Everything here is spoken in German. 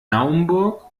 naumburg